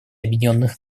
объединенных